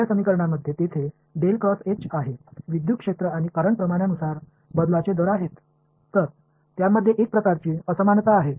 அதேசமயம் இரண்டாவது சமன்பாட்டில் உள்ளது மின்சார புலம் மற்றும் மின்னோட்டத்திற்கு விகிதாசார மாற்ற விகிதம் உள்ளது